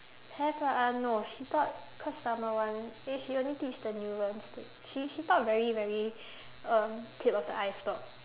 have lah uh no she taught cause summer one eh she only teach the neurons thing she she talk very very um tip of the iceberg